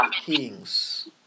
Kings